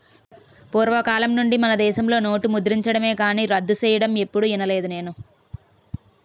పూర్వకాలం నుండి మనదేశంలో నోట్లు ముద్రించడమే కానీ రద్దు సెయ్యడం ఎప్పుడూ ఇనలేదు నేను